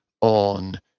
on